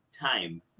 time